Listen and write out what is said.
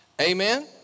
Amen